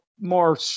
more